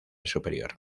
superior